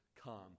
come